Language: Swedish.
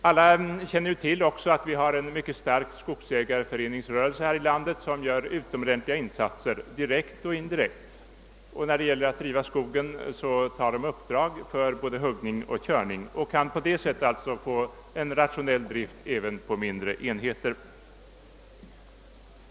Alla känner också till att vi har en mycket stark skogsägarföreningsrörelse här i landet som gör utomordentliga insatser, direkt och indirekt. Vad skogsdriften angår tar skogsägarföreningarna uppdrag i fråga om både huggning och körning och kan på det sättet åstadkomma rationell drift även på mindre enheter.